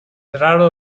raro